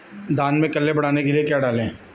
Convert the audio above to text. धान में कल्ले बढ़ाने के लिए क्या डालें?